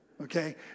Okay